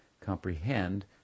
comprehend